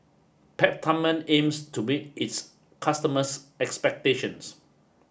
Peptamen aims to meet its customers' expectations